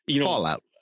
Fallout